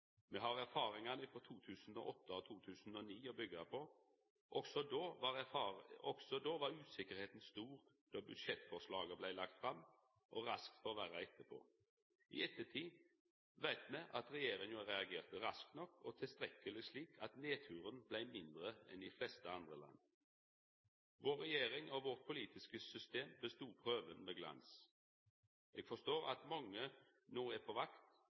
Me har erfaringane frå 2008 og 2009 å byggja på. Også då var usikkerheita stor då budsjettforslaget blei lagt fram, og raskt forverra etterpå. I ettertid veit me at regjeringa reagerte raskt nok og tilstrekkeleg, slik at nedturen blei mindre enn i dei fleste andre land. Vår regjering og vårt politiske system bestod prøven med glans. Eg forstår at mange no er på vakt,